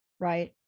right